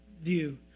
view